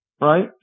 Right